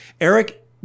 Eric